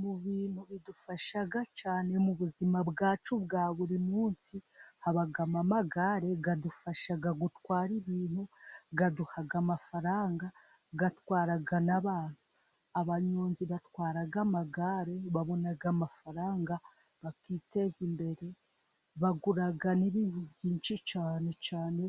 Mu bintu bidufasha cyane mu buzima bwacu bwa buri munsi habamo amagare, adufasha gutwara ibintu, aduha amafaranga, atwara n'abantu, abanyonzi batwara amagare babona amafaranga bakiteza imbere, bagura n'ibindi byinshi cyane cyane